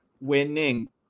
winning